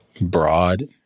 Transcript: broad